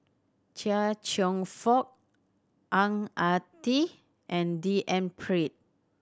Chia Cheong Fook Ang Ah Tee and D N Pritt